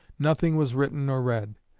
nothing was written or read.